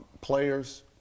players